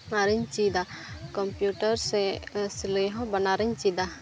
ᱟᱨᱤᱧ ᱪᱮᱫᱟ ᱠᱚᱢᱯᱤᱭᱩᱴᱟᱨ ᱥᱮ ᱥᱤᱞᱟᱹᱭ ᱦᱚᱸ ᱵᱟᱱᱟᱨᱤᱧ ᱪᱮᱫᱟ